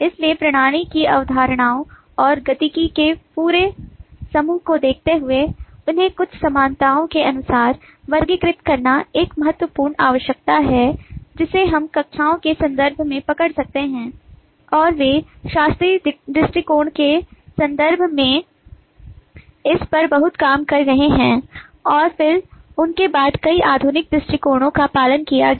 इसलिए प्रणाली की अवधारणाओं और गतिकी के पूरे समूह को देखते हुए उन्हें कुछ समानताओं के अनुसार वर्गीकृत करना एक महत्वपूर्ण आवश्यकता है जिसे हम कक्षाओं के संदर्भ में पकड़ सकते हैं और वे शास्त्रीय दृष्टिकोण के संदर्भ में इस पर बहुत काम कर रहे हैं और फिर उनके बाद कई आधुनिक दृष्टिकोणों का पालन किया गया